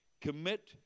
commit